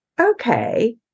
okay